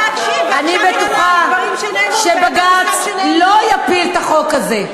אני בטוחה שבג"ץ לא יפיל את החוק הזה.